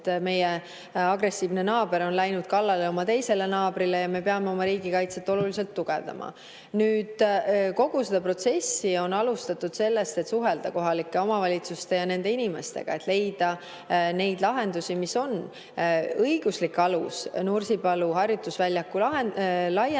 Meie agressiivne naaber on läinud kallale oma teisele naabrile ja me peame oma riigikaitset oluliselt tugevdama. Kogu seda protsessi on alustatud sellest, et suhelda kohalike omavalitsuste ja nende inimestega, et leida neid lahendusi, mis on [sobivad].Õiguslik alus Nursipalu harjutusvälja laiendamisele